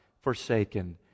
forsaken